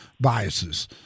biases